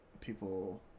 people